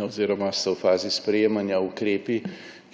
oziroma so v fazi sprejemanja ukrepi,